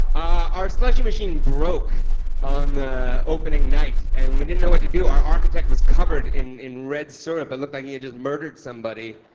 our slushy machine broke on the opening night and we didn't know what to do. our architect was covered in in red syrup. it looked like he had just murdered somebody,